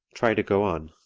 try to go on.